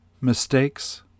mistakes